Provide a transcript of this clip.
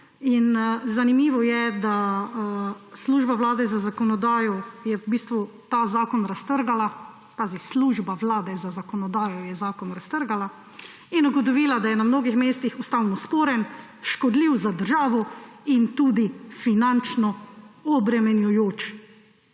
Pazi, služba vlade za zakonodajo je zakon raztrgala in ugotovila, da je na mnogih mestih ustavno sporen, škodljiv za državo in tudi finančno obremenjujoč.